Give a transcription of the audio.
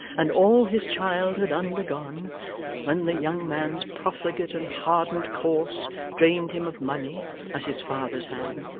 and all his child had undergone when the young man's profligate and hardened course drained him of money as his father's had,